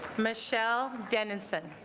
michelle danielson